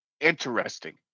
interesting